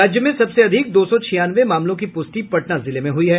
राज्य में सबसे अधिक दो सौ छियानवे मामलों की पुष्टि पटना जिले में हुई है